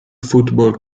football